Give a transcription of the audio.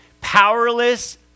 Powerless